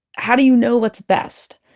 how do you know what's best?